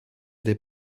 des